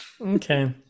Okay